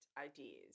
ideas